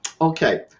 Okay